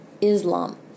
Islam